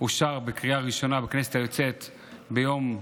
אושרה בקריאה ראשונה בכנסת היוצאת ביום ל'